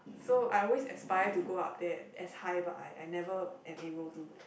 so I always aspire to go up that as high but I I never enable to